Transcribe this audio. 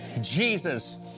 Jesus